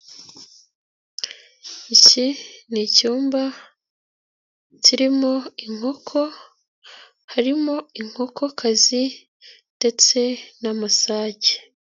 Iki ni icyumba kirimo inkoko harimo inkokokazi ndetse n'amasake.